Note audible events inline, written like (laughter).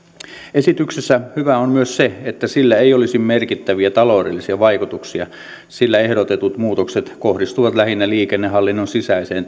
esityksessä hyvää on myös se että sillä ei olisi merkittäviä taloudellisia vaikutuksia sillä ehdotetut muutokset kohdistuvat lähinnä liikennehallinnon sisäiseen (unintelligible)